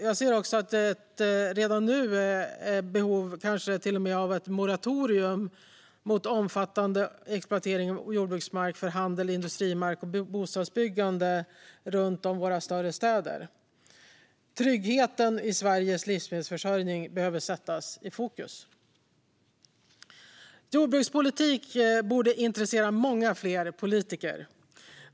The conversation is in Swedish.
Jag anser att det redan nu finns ett behov av ett moratorium mot omfattande exploatering av jordbruksmark för handel, industrimark och bostadsbyggande runt om våra större städer. Tryggheten i Sveriges livsmedelsförsörjning behöver sättas i fokus. Jordbrukspolitik borde intressera många fler politiker.